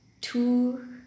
two